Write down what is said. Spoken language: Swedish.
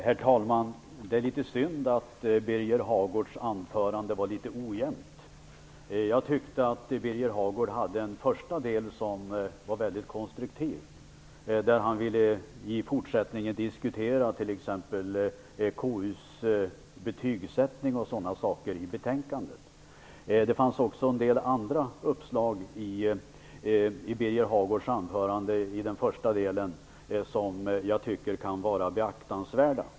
Herr talman! Det är litet synd att Birger Hagårds anförande var något ojämnt. Jag tycker att den första delen av Birger Hagårds anförande var mycket konstruktiv. Han ville i fortsättningen diskutera t.ex. KU:s betygsättning o.d. i betänkandet. Det fanns också en del andra uppslag i den första delen av Birger Hagårds anförande som jag tycker kan vara beaktansvärda.